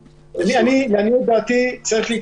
לעניות דעתי צריך שיהיה